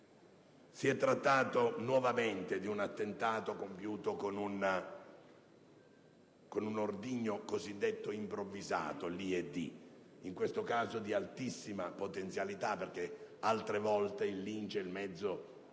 Si è trattato nuovamente di un attentato compiuto con un ordigno cosiddetto improvvisato (IED), in questo caso di altissimo potenziale. Altre volte il Lince, il mezzo